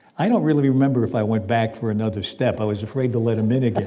i don't really remember if i went back for another step. i was afraid to let him in again.